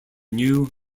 new